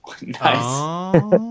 Nice